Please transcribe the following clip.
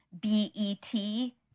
B-E-T